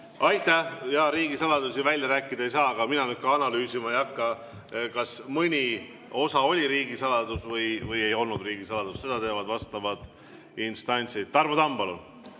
Aitäh! Jaa, riigisaladusi välja rääkida ei saa, aga mina nüüd ka analüüsima ei hakka, kas mõni osa oli riigisaladus või ei olnud riigisaladus. Seda teevad vastavad instantsid. Tarmo Tamm,